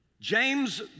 James